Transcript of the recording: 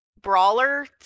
brawler